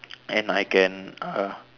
and I can uh